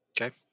okay